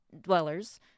dwellers